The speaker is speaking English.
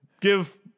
give